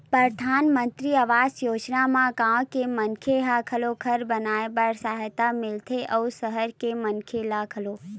परधानमंतरी आवास योजना म गाँव के मनखे ल घलो घर बनाए बर सहायता मिलथे अउ सहर के मनखे ल घलो